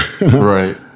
Right